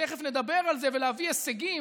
ותכף נדבר על זה, ולהביא הישגים,